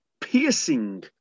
piercing